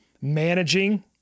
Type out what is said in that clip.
managing